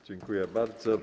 Dziękuję bardzo.